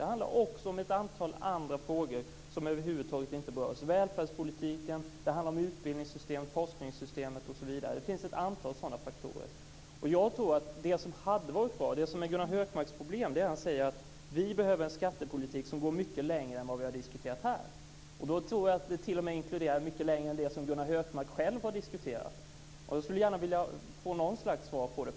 Det handlar också om ett antal andra frågor som över huvud taget inte berörs: välfärdspolitiken, utbildningssystemet, forskningssystemet osv. Det finns ett antal sådana faktorer. Det som är Gunnar Hökmarks problem är att han säger att vi behöver en skattepolitik som går mycket längre än vi har diskuterat här. Det tror jag t.o.m. inkluderar mycket längre än det som Gunnar Hökmark själv har diskuterat. Jag skulle gärna vilja få något slags svar på det.